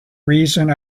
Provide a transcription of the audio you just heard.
reason